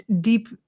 deep